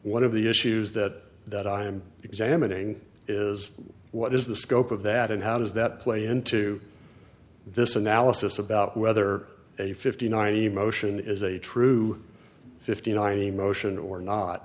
one of the issues that that i am examining is what is the scope of that and how does that play into this analysis about whether a fifty nine emotion is a true fifty nine emotion or not